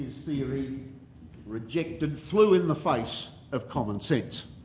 theory rejected flew in the face of commonsense.